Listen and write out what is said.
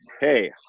hey